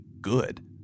good